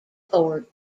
board